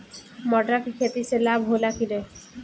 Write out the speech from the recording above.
मटर के खेती से लाभ होला कि न?